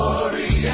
Glory